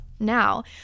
now